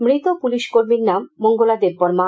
মৃত পুলিশ কর্মীর নাম মঙ্গলা দেববর্মা